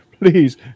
please